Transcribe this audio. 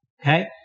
Okay